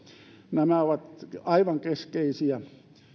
nämä ovat aivan keskeisiä